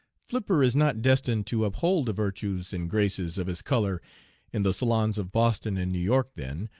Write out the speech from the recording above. flipper is not destined to uphold the virtues and graces of his color in the salons of boston and new york, then,